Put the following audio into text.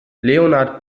leonhard